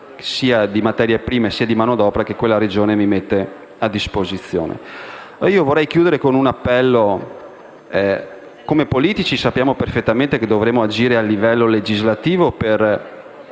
sia di materie prime e di manodopera che quella regione mi mette a disposizione. Vorrei concludere con un appello. Come politici, sappiamo perfettamente che dovremmo agire a livello legislativo per